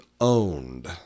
owned